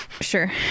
Sure